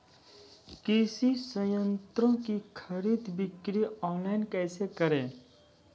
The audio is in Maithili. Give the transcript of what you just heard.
कृषि संयंत्रों की खरीद बिक्री ऑनलाइन कैसे करे?